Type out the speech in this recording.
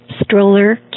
stroller